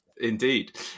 Indeed